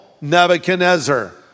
Nebuchadnezzar